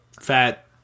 fat